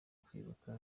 kwibuka